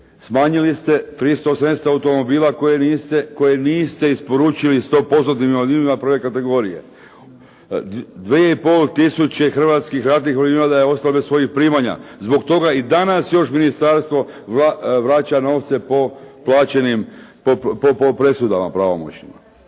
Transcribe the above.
Smanjili ste 380 automobila koje niste isporučili stopostotnim invalidima prve kategorije. 2500 hrvatskih ratnih invalida je ostalo bez svojih primanja. Zbog toga i danas još ministarstvo vraća novce po presudama pravomoćnim.